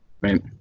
right